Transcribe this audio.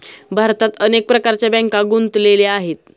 भारतात अनेक प्रकारच्या बँका गुंतलेल्या आहेत